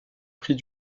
prix